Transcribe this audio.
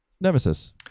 Nemesis